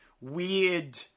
weird